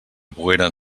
pogueren